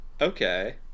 Okay